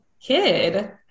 kid